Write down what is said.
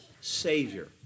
Savior